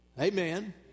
Amen